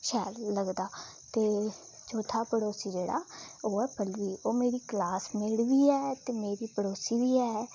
शैल लगदा ते चौथा पड़ोसी जेह्ड़ा ओह् ऐ पल्ल्वी ओह् मेरी क्लासमेट बी ऐ ते मेरी पड़ोसी बी ऐ